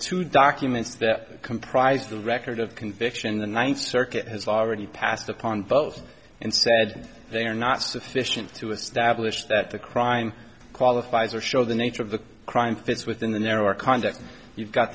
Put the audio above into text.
two documents that comprise the record of conviction the ninth circuit has already passed upon both and said they are not sufficient to establish that the crime qualifies or show the nature of the crime fits within the narrower context you've got